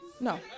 no